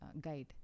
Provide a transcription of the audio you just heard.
guide